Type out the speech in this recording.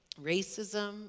Racism